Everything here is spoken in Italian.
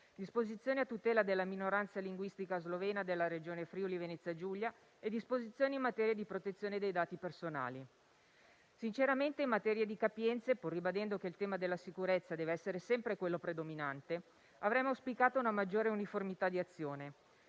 disposizioni a tutela della minoranza linguistica slovena della Regione Friuli-Venezia Giulia e disposizioni in materia di protezione dei dati personali. Sinceramente in materia di capienze, pur ribadendo che il tema della sicurezza deve essere sempre quello predominante, avremmo auspicato una maggiore uniformità di azione.